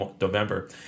November